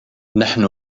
نحن